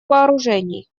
вооружений